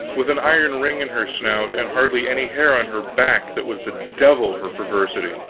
with an iron ring in her snout and hardly any hair on her back, that was the devil for perversity.